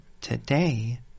today